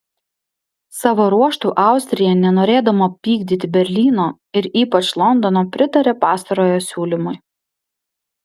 savo ruožtu austrija nenorėdama pykdyti berlyno ir ypač londono pritarė pastarojo siūlymui